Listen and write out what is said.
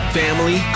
family